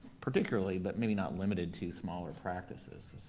particularly, but maybe not limited to, smaller practices?